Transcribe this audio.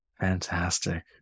Fantastic